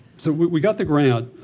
so we got the grant.